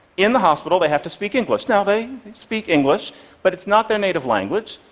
in the hospital, they have to speak english. now, they speak english but it's not their native language,